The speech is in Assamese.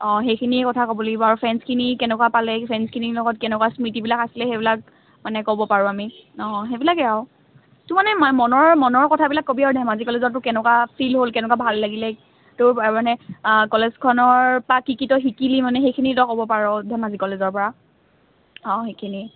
অঁ সেইখিনি কথা ক'ব লাগিব আৰু ফ্ৰেনচখিনি কেনেকুৱা পালে ফ্ৰেনচখিনিৰ লগত কেনেকুৱা স্মৃতিবিলাক আছিলে সেইবিলাক মানে ক'ব পাৰোঁ আমি অঁ সেইবিলাকে আৰু তোৰ মানে মনৰ মনৰ কথাবিলাক কবি আৰু ধেমাজি কলেজত কেনেকুৱা ফিল হ'ল কেনেকুৱা ভাল লাগিলে তোৰ মানে ক'লেজখনৰপৰা কি কি তই শিকিলি মানে সেইখিনি তই ক'ব পাৰ ধেমাজি কলেজৰপৰা অঁ সেইখিনি